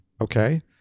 okay